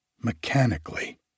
mechanically